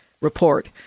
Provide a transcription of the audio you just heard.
report